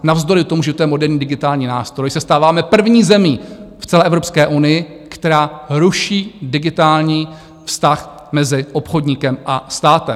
Navzdory tomu, že to je moderní digitální nástroj, se stáváme první zemí v celé Evropské unii, která ruší digitální vztah mezi obchodníkem a státem.